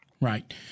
right